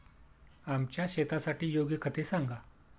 आमच्या शेतासाठी योग्य खते सांगा